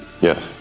yes